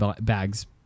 bags